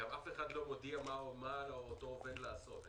גם אף אחד לא מודיע מה על אותו עובד לעשות.